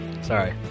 Sorry